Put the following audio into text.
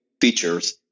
features